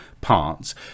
parts